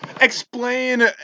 Explain